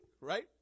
right